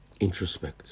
Introspect